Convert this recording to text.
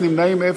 נמנעים,